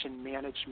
management